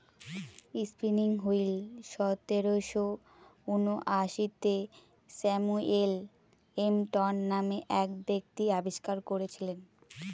spinning wheel সতেরোশো ঊনআশিতে Samuel Crompton নামে এক ব্যক্তি আবিষ্কার করেছিলেন